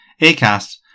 Acast